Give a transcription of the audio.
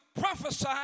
prophesy